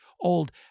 old